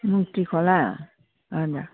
मुर्ति खोला हजुर